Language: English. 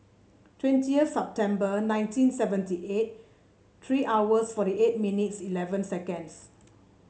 twenty September nineteen seventy eight three hours forty eight minutes eleven seconds